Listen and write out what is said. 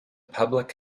public